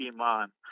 iman